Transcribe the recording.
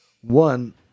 One